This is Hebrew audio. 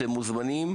אתם מוזמנים,